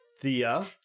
Thea